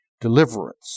deliverance